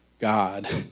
God